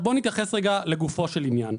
בואו נתייחס רגע לגופו של עניין.